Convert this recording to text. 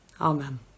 Amen